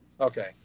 okay